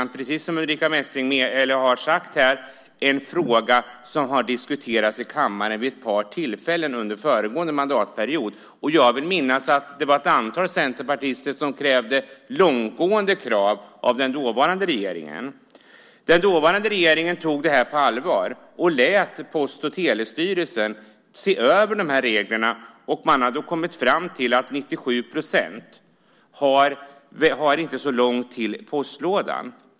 Det är, precis som Ulrica Messing har sagt, en fråga som har diskuterats i kammaren vid ett par tillfällen under föregående mandatperiod. Och jag vill minnas att det var ett antal centerpartister som ställde långtgående krav på den dåvarande regeringen. Den dåvarande regeringen tog det här på allvar och lät Post och telestyrelsen se över de här reglerna. Man har då kommit fram till att 97 % inte har så långt till postlådan.